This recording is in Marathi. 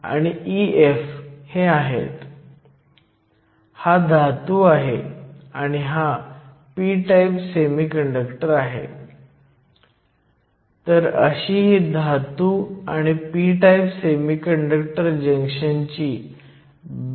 ni चे मूल्य कमी होते कारण तुमच्याकडे बँड गॅप जास्त असल्याने जंक्शनवरील बिल्ट इन पोटेन्शियल अनिवार्यपणे वाढते